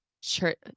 church